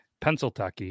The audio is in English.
Pennsylvania